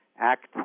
act